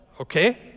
okay